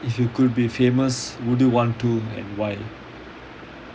if you could be famous would you want to and why